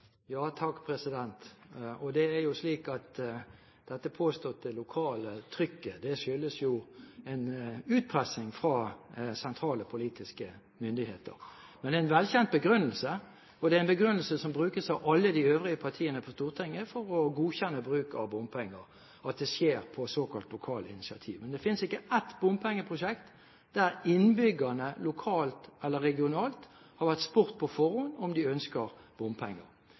er jo slik at dette påståtte lokale trykket skyldes en utpressing fra sentrale politiske myndigheter. Men det er en velkjent begrunnelse, og det er en begrunnelse som brukes av alle de øvrige partiene på Stortinget for å godkjenne bruk av bompenger, at det skjer på såkalte lokale initiativ. Men det finnes ikke ett bompengeprosjekt der innbyggerne lokalt eller regionalt har vært spurt på forhånd om de ønsker